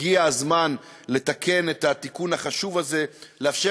הגיע הזמן לתקן את התיקון החשוב הזה ולאפשר